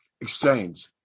exchange